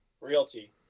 realty